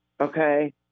okay